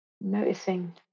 Noticing